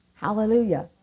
Hallelujah